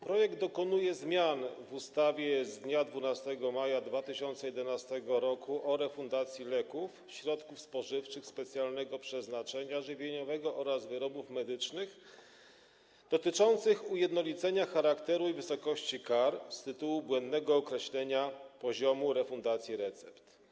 Projekt dokonuje zmian w ustawie z dnia 12 maja 2011 r. o refundacji leków, środków spożywczych specjalnego przeznaczenia żywieniowego oraz wyrobów medycznych dotyczących ujednolicenia charakteru i wysokości kar z tytułu błędnego określenia poziomu refundacji recept.